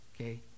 Okay